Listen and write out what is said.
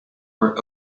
were